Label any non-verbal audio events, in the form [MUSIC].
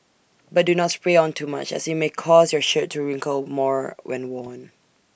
but do not spray on too much as IT may cause your shirt to wrinkle more when worn [NOISE]